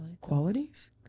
qualities